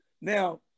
Now